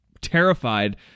terrified